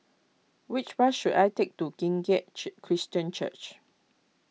which bus should I take to Kim Keat Chi Christian Church